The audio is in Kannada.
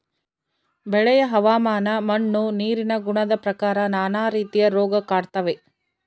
ಬೆಳೆಯ ಹವಾಮಾನ ಮಣ್ಣು ನೀರಿನ ಗುಣದ ಪ್ರಕಾರ ನಾನಾ ರೀತಿಯ ರೋಗ ಕಾಡ್ತಾವೆ